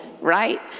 right